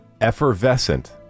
Effervescent